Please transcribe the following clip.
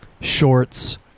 shorts